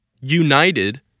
united